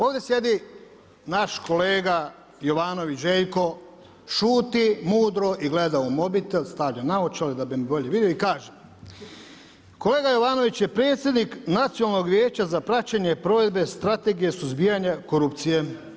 Ovdje sjedi naš kolega Jovanović Željko, šuti mudro i gleda u mobitel, stavlja naočale da bi bolje vidio i kaže, kolega Jovanović je predsjednik Nacionalnog vijeća za praćenje provedbe Strategije suzbijanja korupcije.